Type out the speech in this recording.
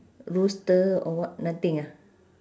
rooster or what nothing ah